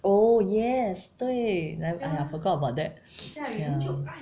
oh yes 对 !aiya! forgot ya